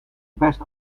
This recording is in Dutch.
best